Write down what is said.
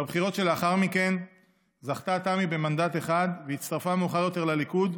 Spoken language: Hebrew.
בבחירות שלאחר מכן זכתה תמ"י במנדט אחד והצטרפה מאוחר יותר לליכוד,